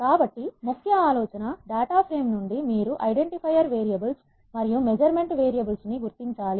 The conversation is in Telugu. కాబట్టి ముఖ్య ఆలోచన డేటా ఫ్రేమ్ నుండి మీరు ఐడెంటిఫైయర్ వేరియబుల్స్ మరియు మెజర్మెంట్ వేరియబుల్స్ ని గుర్తించాలి